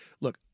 Look